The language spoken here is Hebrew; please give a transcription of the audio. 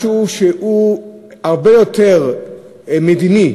זה משהו שהוא הרבה יותר מדיני,